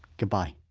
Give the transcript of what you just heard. goodbye